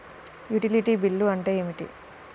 Utility bill అంటే ఏమిటి?